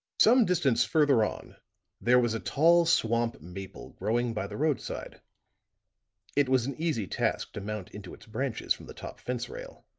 some distance further on there was a tall swamp maple growing by the roadside it was an easy task to mount into its branches from the top fence-rail